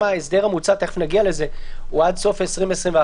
אם ההסדר המוצע הוא עד סוף שנת 2021,